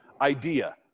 idea